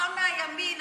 אתה מהימין,